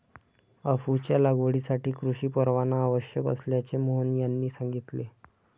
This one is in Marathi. अफूच्या लागवडीसाठी कृषी परवाना आवश्यक असल्याचे मोहन यांनी सांगितले